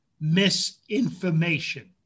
misinformation